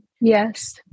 Yes